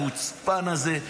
החוצפן הזה,